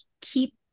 keep